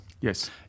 Yes